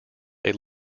they